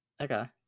okay